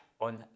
on